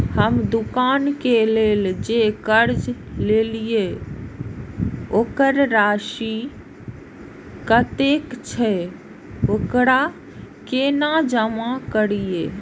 हम दुकान के लेल जे कर्जा लेलिए वकर राशि कतेक छे वकरा केना जमा करिए?